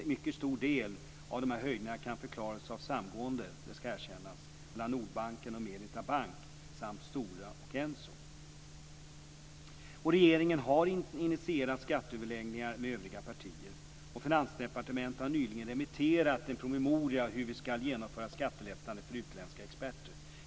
En mycket stor del av dessa höjningar kan förklaras av samgåendet - det skall erkännas - mellan Regeringen har initierat skatteöverläggningar med övriga partier. Finansdepartementet har nyligen remitterat en promemoria om hur man skall genomföra skattelättnader för utländska experter.